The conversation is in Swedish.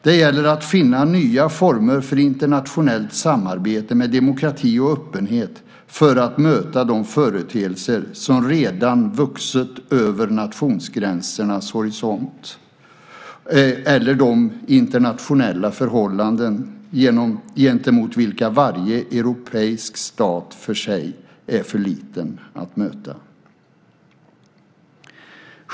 Det gäller att finna nya former för internationellt samarbete med demokrati och öppenhet för att möta de företeelser som redan vuxit över nationsgränsernas horisont eller de internationella förhållanden som varje europeisk stat var för sig är för liten att möta.